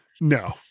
no